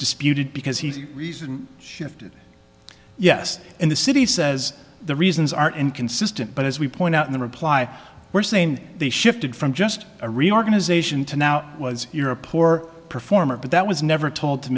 disputed because he reason shifted yes and the city says the reasons are inconsistent but as we point out in the reply we're saying they shifted from just a reorganization to now was you're a poor performer but that was never told to